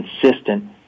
consistent